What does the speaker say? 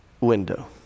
window